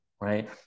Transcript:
right